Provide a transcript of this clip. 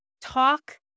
Talk